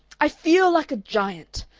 i feel like a giant!